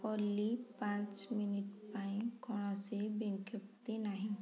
ଓଲି ପାଞ୍ଚ ମିନିଟ୍ ପାଇଁ କୌଣସି ବିଜ୍ଞପ୍ତି ନାହିଁ